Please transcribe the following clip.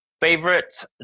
Favorite